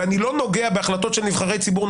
ואני לא נוגע בהחלטות של נבחרי ציבור,